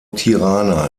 tirana